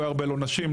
לא ירבה לו נשים,